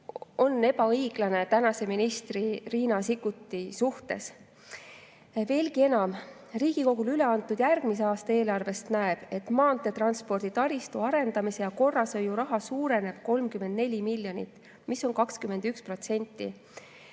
on ebaõiglane tänase ministri Riina Sikkuti suhtes. Veelgi enam, Riigikogule üleantud järgmise aasta eelarvest näeb, et maanteetaristu arendamise ja korrashoiu raha suureneb 34 miljonit, mis on 21%.